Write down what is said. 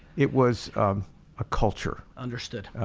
it was a culture. understood.